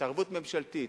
התערבות ממשלתית